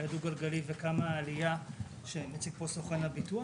הדו גלגלי וכמה עלייה שהציג פה סוכן הביטוח?